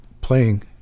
playing